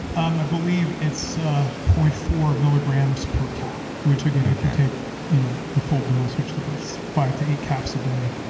um i believe it's zero ah point four milligrams per cap, which again, if you take you know the full dose, which supposed five to eight caps a day,